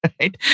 right